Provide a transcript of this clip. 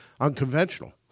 unconventional